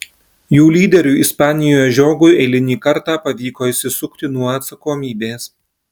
jų lyderiui ispanijoje žiogui eilinį kartą pavyko išsisukti nuo atsakomybės